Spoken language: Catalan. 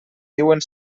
diuen